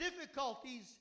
difficulties